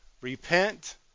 repent